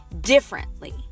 differently